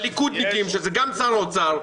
והליכודניקים שזה גם שר האוצר,